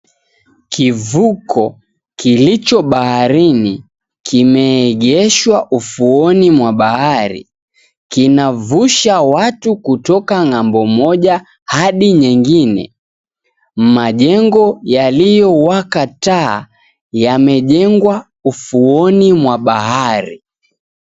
Kivuko kilicho baharini kimeegeshwa ufuoni mwa bahari. Kina vusha watu kutoka ng'ambo moja hadi nyingine. Majengo yaliowaka taa yamejengwa ufuoni mwa bahari.